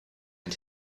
and